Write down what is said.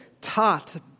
taught